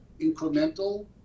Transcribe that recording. incremental